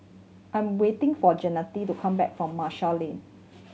I am waiting for Jeanette to come back from Marshall Lane